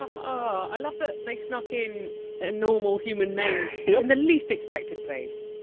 i love that they snuck in a normal human name in the least expected place